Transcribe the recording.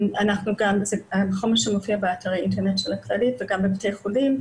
זה חומר שמופיע באתר האינטרנט של הכללית וגם בבתי החולים.